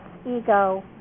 ego